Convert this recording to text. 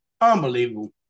Unbelievable